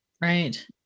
right